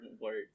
words